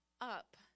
up